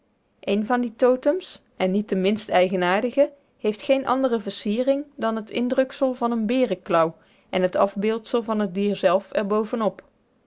een van die totems en niet de minst eigenaardige heeft geene andere versiering dan het indruksel van eenen berenklauw en het afbeeldsel van het dier zelf